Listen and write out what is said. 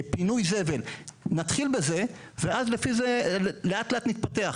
פינוי זבל, נתחיל בזה ואז לפי זה לאט לאט נתפתח.